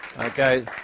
Okay